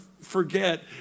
forget